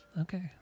Okay